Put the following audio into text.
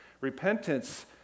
Repentance